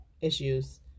issues